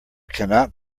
cannot